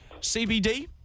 CBD